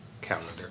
calendar